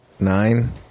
nine